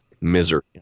misery